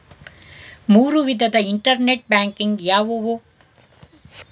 ಮೂರು ವಿಧದ internet banking ಯಾವುವು?